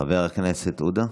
חבר הכנסת עודה,